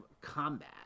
combat